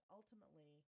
ultimately